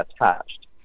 attached